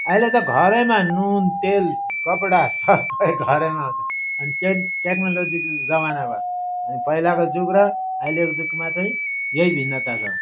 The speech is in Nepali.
अहिले त घरैमा नुन तेल कपडा सबै घरैमा आउँछ अनि टेक टेक्नोलोजीको जमना भयो अनि पहिलाको जुग र अहिलेको जुगमा चाहिँ यही भिन्नता छ